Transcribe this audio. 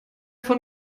von